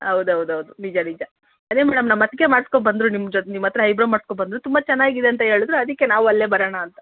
ಹೌದೌದು ನಿಜ ನಿಜ ಅದೇ ಮೇಡಮ್ ನಮ್ಮ ಅತ್ತಿಗೆ ಮಾಡ್ಸ್ಕೊ ಬಂದರು ನಿಮ್ಮ ಜೊ ನಿಮ್ಮ ಹತ್ರ ಐಬ್ರೋ ಮಾಡ್ಸ್ಕೊ ಬಂದರು ತುಂಬ ಚೆನ್ನಾಗಿದೆ ಅಂತ ಹೇಳಿದ್ರು ಅದಕ್ಕೆ ನಾವು ಅಲ್ಲೇ ಬರೋಣ ಅಂತ